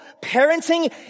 Parenting